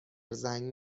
زنگ